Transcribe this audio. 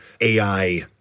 AI